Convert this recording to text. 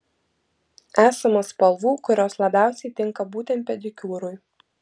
esama spalvų kurios labiausiai tinka būtent pedikiūrui